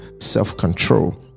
self-control